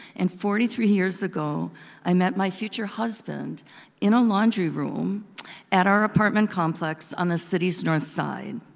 and forty three years ago i met my future husband in a laundry room at our apartment complex on the city's north side.